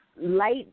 light